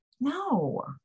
No